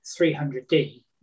300D